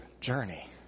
journey